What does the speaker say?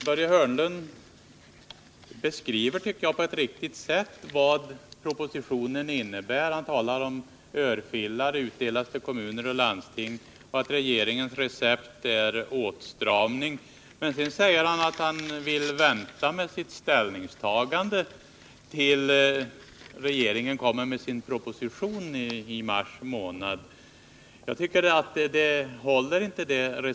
Herr talman! Jag tycker att Börje Hörnlund på ett riktigt sätt beskriver vad budgetpropositionen innebär. Han talar om örfilar utdelade till kommuner och landsting och om att regeringens recept är åtstramning. Men sedan säger han att han vill vänta med sitt ställningstagande tills regeringen lägger fram sin proposition i mars månad. Det resonemanget tycker jag inte håller.